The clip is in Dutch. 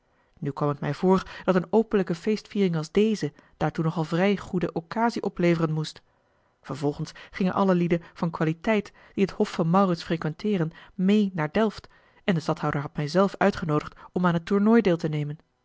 nu kwam het mij voor dat eene openlijke feestviering als deze daartoe nog al vrij goede occasie opleveren moest vervolgens gingen alle lieden van qualiteit die het hof van maurits frequenteeren meê naar delft en de stadhouder had mij zelf uitgenoodigd om aan het tournooi deel te nemen